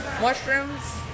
Mushrooms